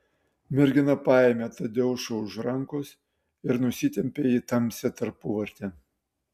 mergina paėmė tadeušą už rankos ir nusitempė į tamsią tarpuvartę